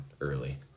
early